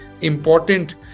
important